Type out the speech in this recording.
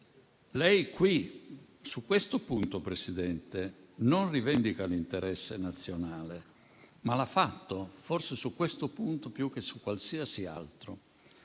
dettaglio). Su questo punto, signora Presidente, non rivendica l'interesse nazionale, ma lo ha fatto, forse su questo punto più che su qualsiasi altro.